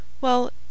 Well